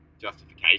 justification